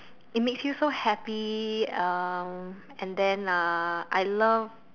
it makes you so happy um and then uh I love